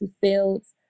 fields